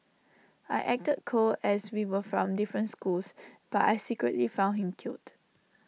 I acted cold as we were from different schools but I secretly found him cute